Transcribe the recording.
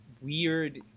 weird